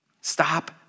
Stop